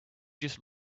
just